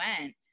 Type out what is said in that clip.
went